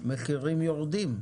אז המחירים יורדים.